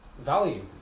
value